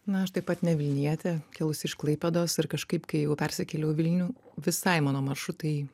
na aš taip pat ne vilnietė kilusi iš klaipėdos ir kažkaip kai jau persikėliau į vilnių visai mano maršrutai